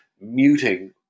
muting